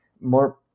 more